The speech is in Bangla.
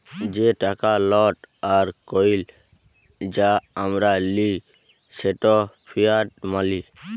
যে টাকা লট আর কইল যা আমরা লিই সেট ফিয়াট মালি